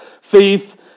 Faith